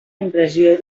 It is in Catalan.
impressió